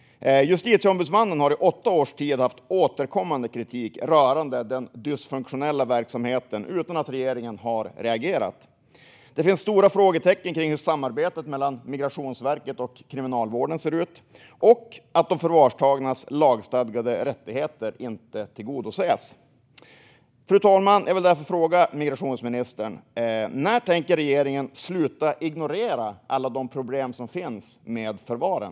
Justitieombudsmannen har i åtta års tid haft återkommande kritik rörande den dysfunktionella verksamheten utan att regeringen har reagerat. Det finns stora frågetecken kring hur samarbetet mellan Migrationsverket och Kriminalvården ser ut, och de förvartagnas lagstadgade rättigheter tillgodoses inte, menar man. Fru talman! Jag vill därför fråga migrationsministern: När tänker regeringen sluta ignorera alla de problem som finns med förvaren?